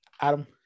Adam